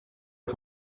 est